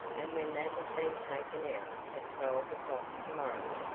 and when that has been taken out at twelve o'clock to-morrow,